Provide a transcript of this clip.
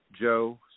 Joe